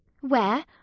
Where